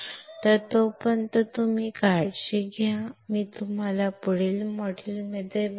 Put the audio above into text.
तर तोपर्यंत तुम्ही काळजी घ्या आणि मी तुम्हाला पुढील मॉड्यूलमध्ये भेटेन